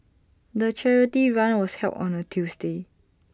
the charity run was held on A Tuesday